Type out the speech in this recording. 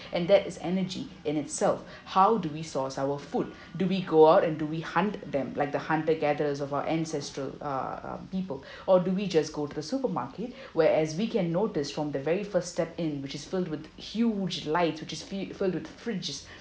and that is energy in itself how do we source our food do we go out and do we hunt them like the hunter gatherers of our ancestral uh uh people or do we just go to the supermarket where as we can notice from the very first step in which is filled with huge light which is fe~ filled with fridges